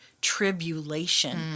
tribulation